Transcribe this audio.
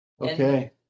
Okay